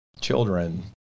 children